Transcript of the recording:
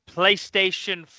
PlayStation